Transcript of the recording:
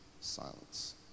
silence